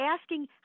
asking